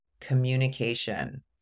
communication